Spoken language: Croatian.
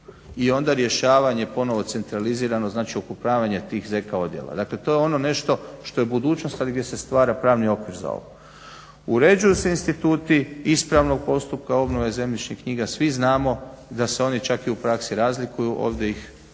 i onda rješavanje ponovno centralizirano okupljavanje tih ZK odjela. Dakle, to je ono nešto što je budućnost ali gdje se stvara pravni okvir za ovo. Uređuju se instituti ispravnog postupka obnove zemljišnih knjiga. Svi znamo da se oni čak i u praksi razlikuju, ovdje ih uređujemo